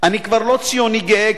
"אני כבר לא ציוני גאה,